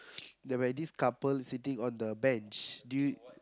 whereby this couple sitting on the bench do you